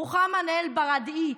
מוחמד אל-בראדעי,